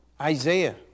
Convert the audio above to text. Isaiah